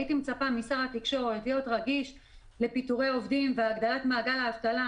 הייתי מצפה משר התקשורת להיות רגיש לפיטורי עובדים והגדלת מעגל האבטלה.